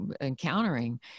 encountering